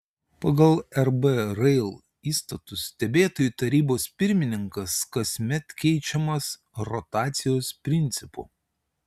pagal rb rail įstatus stebėtojų tarybos pirmininkas kasmet keičiamas rotacijos principu